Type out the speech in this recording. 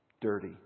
dirty